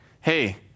Hey